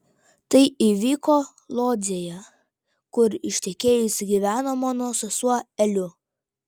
tai įvyko lodzėje kur ištekėjusi gyveno mano sesuo eliu